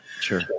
Sure